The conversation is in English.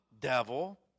devil